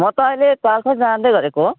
म त अहिले चाल्सा जाँदै गरेको